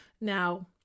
Now